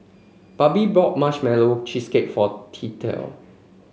Barbie bought Marshmallow Cheesecake for Tillie